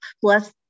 plus